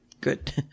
Good